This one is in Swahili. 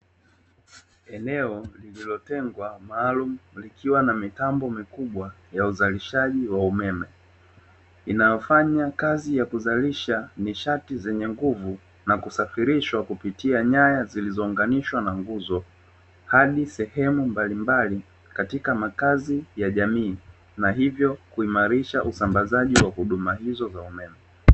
Eneo lililotengwa maalumu likiwa na mitambo mikubwa ya uzalishaji wa umeme, inayofanya kazi ya kuzalisha nishati zenye nguvu na kusafirishwa kupitia nyaya zilizounganishwa na nguzo hadi sehemu mbalimbali katika makazi ya jamii na hivyo kuimarisha usambazaji wa huduma hizo za umeme.